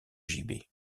gibet